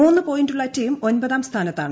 മൂന്ന് പോയിന്റുള്ള ടീം ഒമ്പതാം സ്ഥാനത്താണ്